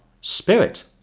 spirit